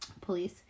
police